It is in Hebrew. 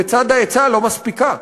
בצד ההיצע לא מספיקה.